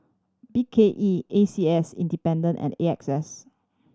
B K E A C S Independent and A X S